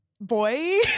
boy